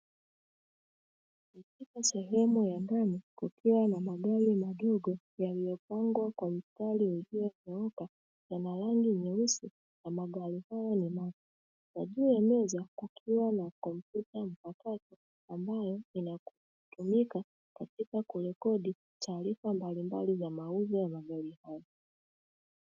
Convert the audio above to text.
Katika sehemu ya ndani kukiwa na magari madogo yaliyopangwa kwa mstari ulionyooka yana rangi nyeusi na magari hayo ni mapya. Na juu ya meza kukiwa na kompyuta mpakato ambayo inatumika katika kurekodi taarifa mbalimbali za mauzo ya magari hayo.